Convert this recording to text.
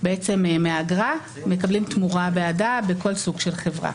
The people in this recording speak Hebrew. מהאגרה מקבלים תמורה בעדה בכל סוג של חברה.